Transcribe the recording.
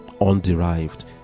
underived